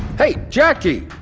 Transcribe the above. hey! jacki!